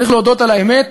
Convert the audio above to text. צריך להודות על האמת,